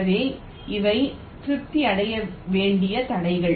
எனவே இவை திருப்தி அடைய வேண்டிய தடைகள்